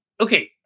okay